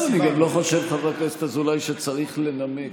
אני לא חושב, חבר הכנסת אזולאי, שצריך לנמק.